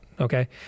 Okay